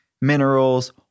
minerals